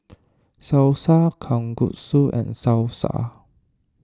Salsa Kalguksu and Salsa